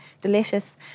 delicious